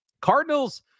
Cardinals